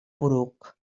poruc